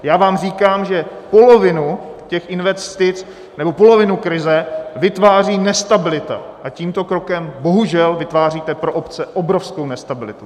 Já vám říkám, že polovinu těch investic, nebo polovinu krize vytváří nestabilita a tímto krokem bohužel vytváříte pro obce obrovskou nestabilitu.